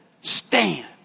stand